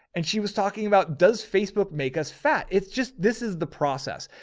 and she was talking about, does facebook make us fat? it's just, this is the process.